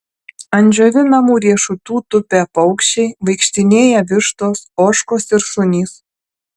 ant džiovinamų riešutų tupia paukščiai vaikštinėja vištos ožkos ir šunys